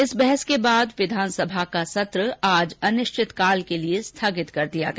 इस बहस के बाद विधानसभा का सत्र आज अनिष्चितकाल के लिए स्थिगित कर दिया गया